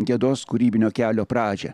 gedos kūrybinio kelio pradžią